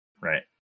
right